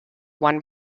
one